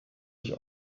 ich